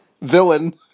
villain